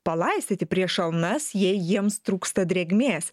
palaistyti prieš šalnas jei jiems trūksta drėgmės